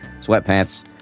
sweatpants